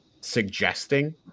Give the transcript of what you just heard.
suggesting